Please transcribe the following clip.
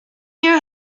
your